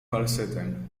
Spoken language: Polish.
falsetem